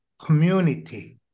Community